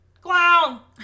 Clown